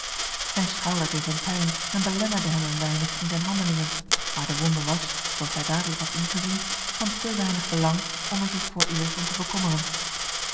zijn schouder deed hem pijn en belemmerde hem een weinig in zijne handelingen maar de wonde was zoo als hij dadelijk had ingezien van te weinig belang om er zich vooreerst om te bekommeren